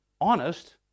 honest